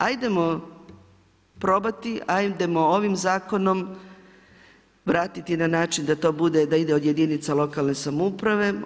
Hajdemo probati, hajdemo ovim zakonom vratiti na način da to bude, da ide od jedinica lokalne samouprave.